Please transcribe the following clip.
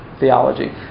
theology